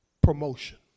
promotion